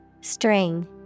String